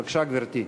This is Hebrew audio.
בבקשה, גברתי.